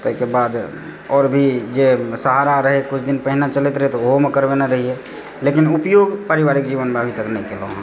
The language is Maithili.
ताहिके बाद आओर भी जे सहारा रहै किछु दिन पहिने चलैत रहै तऽ ओहोमे करबेने रहियै लेकिन उपयोग पारिवारिक जीवनमे अभी तक नहि केलहुँ हँ